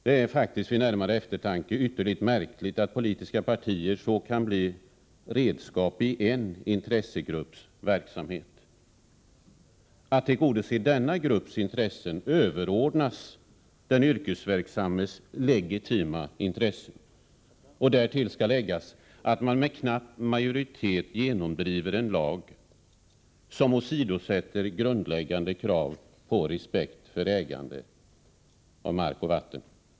Det är faktiskt vid närmare eftertanke ytterligt märkligt att politiska partier så kan bli redskap i en intressegrupps verksamhet. Att tillgodose denna grupps intressen överordnas den yrkesverksammesilegitima intressen, och därtill skall läggas att man med knapp majoritet genomdriver en lag som åsidosätter grundläggande krav på respekt för ägandet av mark och vatten.